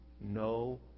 no